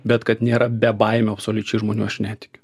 bet kad nėra bebaimių absoliučiai žmonių aš netikiu